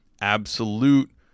absolute